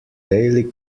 daily